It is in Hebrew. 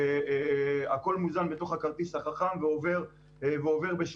הכול מוזן בתוך הכרטיס החכם ועובר בשנייה.